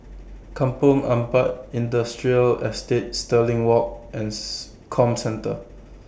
Kampong Ampat Industrial Estate Stirling Walk and Comcentre